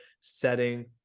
setting